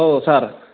औ सार